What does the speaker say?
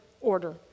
order